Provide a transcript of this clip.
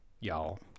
Y'all